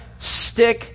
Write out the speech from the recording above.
Stick